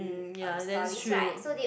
ya that's true